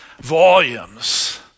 volumes